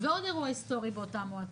ועוד אירוע היסטורי באותה מועצה.